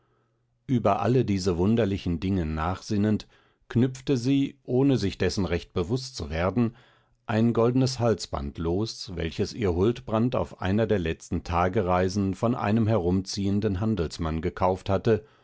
über alle diese wunderlichen dinge nachsinnend knüpfte sie ohne sich dessen recht bewußt zu werden ein goldnes halsband los welches ihr huldbrand auf einer der letzten tagereisen von einem herumziehenden handelsmann gekauft hatte